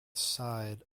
side